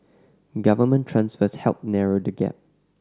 government transfers helped narrow the gap